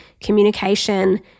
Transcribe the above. communication